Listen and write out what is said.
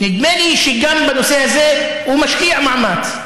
נדמה לי שגם בנושא הזה הוא משקיע מאמץ,